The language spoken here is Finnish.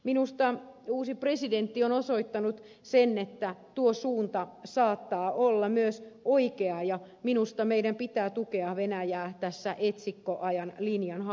minusta uusi presidentti on osoittanut sen että tuo suunta saattaa olla myös oikea ja minusta meidän pitää tukea venäjää tässä etsikkoajan linjan haussa